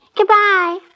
Goodbye